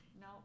no